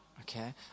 Okay